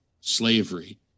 slavery